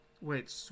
Wait